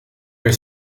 your